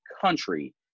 country